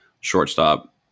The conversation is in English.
shortstop